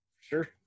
Sure